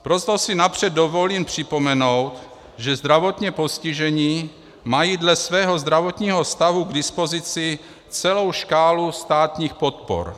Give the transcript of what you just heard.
Proto si napřed dovolím připomenout, že zdravotně postižení mají dle svého zdravotního stavu k dispozici celou škálu státních podpor.